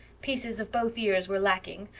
pieces of both ears were lacking,